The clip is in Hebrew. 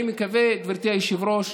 אני מקווה, גברתי היושבת-ראש,